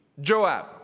Joab